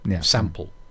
sample